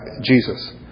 Jesus